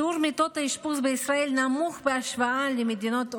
שיעור מיטות האשפוז בישראל נמוך בהשוואה למדינות ה-OECD.